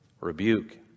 rebuke